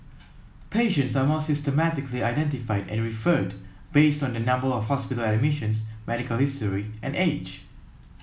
patients are more systematically identified and referred based on their number of hospital admissions medical history and age